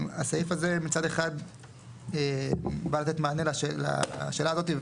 הסעיף הזה מצד אחד בא לתת מענה לשאלה הזאת.